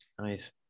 nice